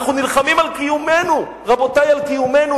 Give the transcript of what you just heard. אנחנו נלחמים על קיומנו, רבותי, על קיומנו.